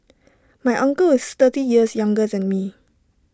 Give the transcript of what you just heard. my uncle is thirty years younger than me